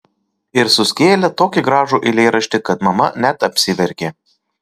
ir suskėlė tokį gražų eilėraštį kad mama net apsiverkė